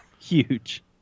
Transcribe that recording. huge